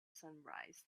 sunrise